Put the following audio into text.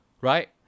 right